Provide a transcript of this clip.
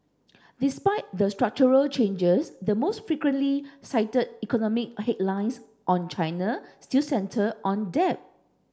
despite the structural changes the most frequently cited economic headlines on China still centre on debt